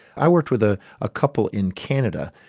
i worked with ah a couple in canada,